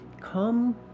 Come